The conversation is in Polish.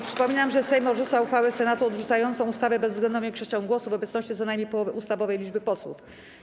Przypominam, że Sejm odrzuca uchwałę Senatu odrzucającą ustawę bezwzględną większością głosów w obecności co najmniej połowy ustawowej liczby posłów.